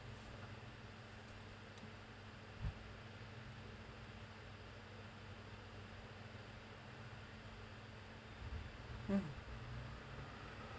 mm